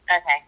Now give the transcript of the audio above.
okay